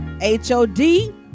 H-O-D